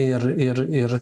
ir ir ir